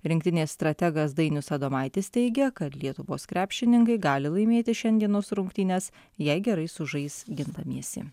rinktinės strategas dainius adomaitis teigia kad lietuvos krepšininkai gali laimėti šiandienos rungtynes jei gerai sužais gindamiesi